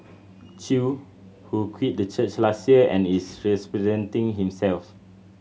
Chew who quit the church last year and is himself